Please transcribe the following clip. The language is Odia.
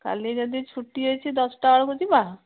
କାଲି ଯଦି ଛୁଟି ଅଛି ଦଶଟା ବେଳକୁ ଯିବା